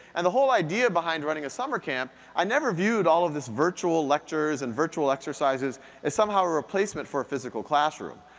and the whole idea behind running a summer camp, i never viewed all of this virtual lectures and virtual exercises as somehow a replacement for a physical classroom.